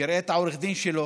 שיראה את עורך הדין שלו,